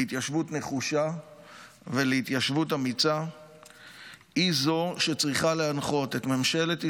להתיישבות נחושה ואמיצה היא זו שצריכה להנחות את ממשלת ישראל,